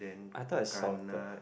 I thought is salted